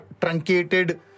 truncated